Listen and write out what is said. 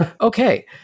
okay